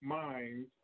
mind